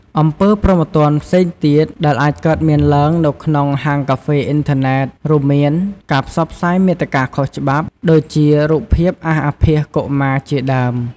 អំពើព្រហ្មទណ្ឌ ផ្សេងទៀត ដែល អាចកើតមានឡើង នៅក្នុង ហាងកាហ្វេអ៊ីនធឺណិត រួមមាន ការផ្សព្វផ្សាយមាតិកាខុសច្បាប់ ដូចជា រូបភាពអាសអាភាសកុមារ ជាដើម។